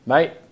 Mate